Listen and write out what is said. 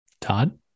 Todd